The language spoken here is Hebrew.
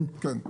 כן.